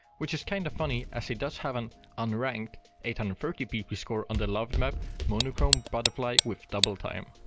which is kinda funny as he does have an unranked eight hundred and thirty pp score on the loved map monochrome butterfly with double time.